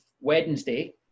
Wednesday